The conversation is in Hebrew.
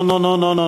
לא לא לא,